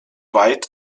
weit